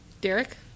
Derek